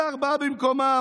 נעשה ארבעה במקומם,